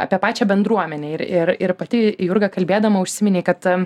apie pačią bendruomenę ir ir ir pati jurga kalbėdama užsiminei kad